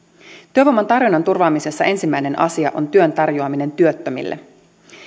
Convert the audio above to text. työvoiman tarjonnan turvaamisessa ensimmäinen asia on työn tarjoaminen työttömille